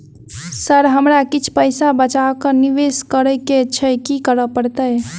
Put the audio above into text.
Sir हमरा किछ पैसा बचा कऽ निवेश करऽ केँ छैय की करऽ परतै?